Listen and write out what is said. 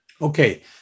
okay